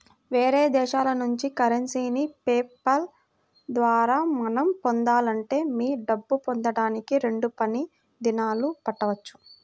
వేరే దేశాల నుంచి కరెన్సీని పే పాల్ ద్వారా మనం పొందాలంటే మీ డబ్బు పొందడానికి రెండు పని దినాలు పట్టవచ్చు